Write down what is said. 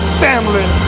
family